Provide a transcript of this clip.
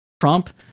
Trump